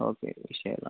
okay ശരി എന്നാൽ